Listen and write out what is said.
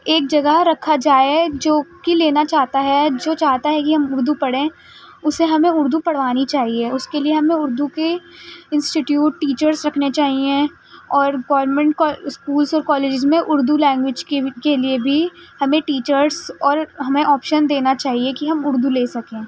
ایک جگہ رکھا جائے جو کہ لینا چاہتا ہے جو چاہتا ہے کہ ہم اردو پڑھیں اسے ہمیں اردو پڑھوانی چاہیے اس کے لیے ہمیں اردو کے انسٹی ٹیوٹ ٹیچرس رکھنے چاہیے اور گورمنٹ کو اسکولس اور کالجز میں اردو لینگویج کے لیے بھی ہمیں ٹیچرس اور ہمیں آپشن دینا چاہیے کہ ہم اردو لے سکیں